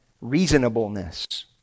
reasonableness